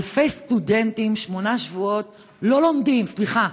אלפי סטודנטים שמונה שבועות לא לומדים, סליחה,